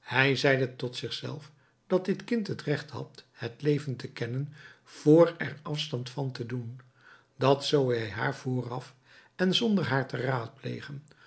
hij zeide tot zich zelf dat dit kind het recht had het leven te kennen vr er afstand van te doen dat zoo hij haar vooraf en zonder haar te raadplegen